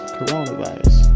Coronavirus